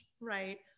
right